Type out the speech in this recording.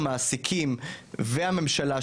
המעסיקים והממשלה,